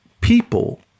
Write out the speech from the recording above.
people